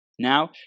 Now